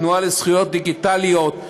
התנועה לזכויות דיגיטליות,